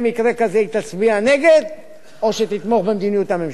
כזה היא תצביע נגד או שתתמוך במדיניות הממשלה.